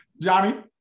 Johnny